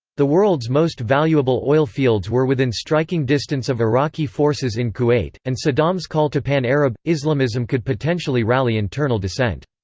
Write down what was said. the world's most valuable oil fields were within striking distance of iraqi forces in kuwait, and saddam's call to pan-arab islamism could potentially rally internal dissent.